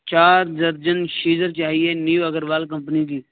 چار درجن شیزر چاہیے نیو اگروال کمپنی کی